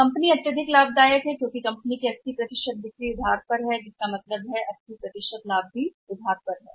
company के लिए अत्यधिक लाभदायक है लेकिन कंपनी की बिक्री का 80 क्रेडिट का मतलब 80 है लाभ भी क्रेडिट है